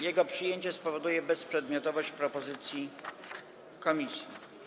Jego przyjęcie spowoduje bezprzedmiotowość propozycji komisji.